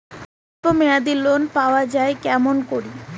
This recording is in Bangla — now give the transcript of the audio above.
স্বল্প মেয়াদি লোন পাওয়া যায় কেমন করি?